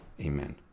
Amen